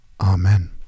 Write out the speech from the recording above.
Amen